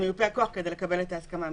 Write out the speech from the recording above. למיופה הכוח, כדי לקבל את ההסכמה מדעת.